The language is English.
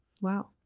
wow